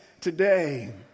today